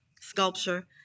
Sculpture